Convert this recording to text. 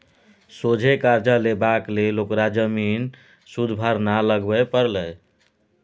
सोझे करजा लेबाक लेल ओकरा जमीन सुदभरना लगबे परलै